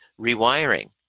rewiring